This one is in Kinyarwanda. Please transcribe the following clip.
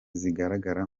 zigaragara